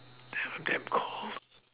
damn damn cold